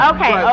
Okay